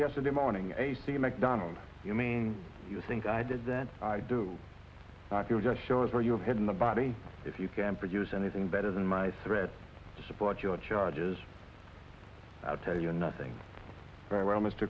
yesterday morning ac mcdonald you mean you think i did then i do not you're just shows where you have hidden the body if you can produce anything better than my threat to support your charges i'll tell you nothing very well mr